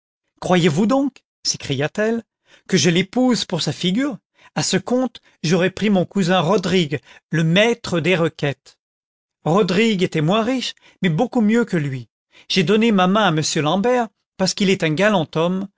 croyez-vous donc s'écria-t-elle que je l'épouse pour sa figure a ce compte j'aurais pris mon cousin rodrigue le maître des requêtes rodrigue était moins riche mais beaucoup mieux que lui j'ai donné ma main à m l'ambert parce qu'il est un galant homme